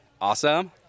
Awesome